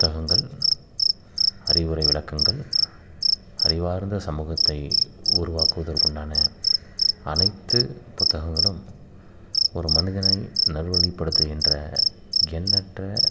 புத்தகங்கள் அறிவுரை விளக்கங்கள் அறிவார்ந்த சமூகத்தை உருவாக்குவதற்கு உண்டான அனைத்து புத்தகங்களும் ஒரு மனிதனை நல்வழிப்படுத்துகின்ற எண்ணற்ற